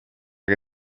che